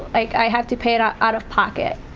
i have to pay it out out of pocket.